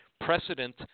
precedent